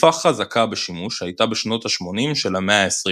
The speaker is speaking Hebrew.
דחיפה חזקה בשימוש הייתה בשנות ה-80 של המאה ה-20